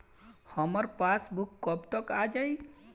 हमार पासबूक कब तक आ जाई?